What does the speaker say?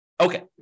Okay